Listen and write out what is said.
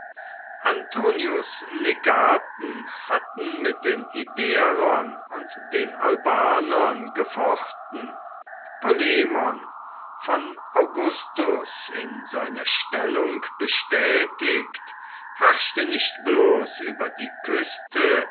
antonius legaten hatten mit den iberern und den albanern gefochten polemon von augustus in seiner stellung bestätigt herrschte nicht bloß über die küste